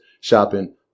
shopping